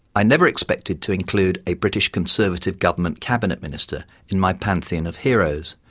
i never expected to include a british conservative government cabinet minister in my pantheon of heroes,